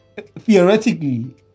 theoretically